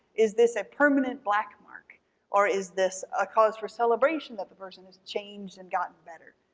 is this a permanent black mark or is this a cause for celebration that the person has changed and gotten better?